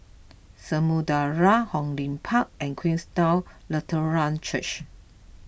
Samudera Hong Lim Park and Queenstown Lutheran Church